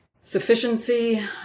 sufficiency